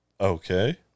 Okay